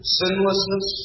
sinlessness